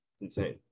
insane